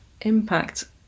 impact